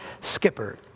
Skipper